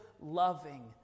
loving